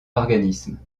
organisme